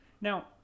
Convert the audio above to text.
now